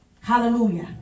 Hallelujah